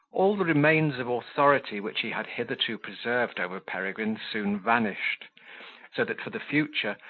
all the remains of authority which he had hitherto preserved over peregrine soon vanished so that, for the future,